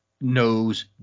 knows